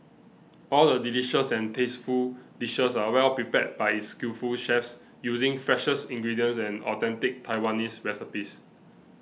all the delicious and tasteful dishes are well prepared by its skillful chefs using freshest ingredients and authentic Taiwanese recipes